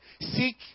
Seek